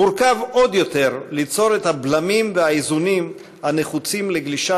מורכב עוד יותר ליצור את הבלמים והאיזונים הנחוצים לגלישה